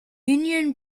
union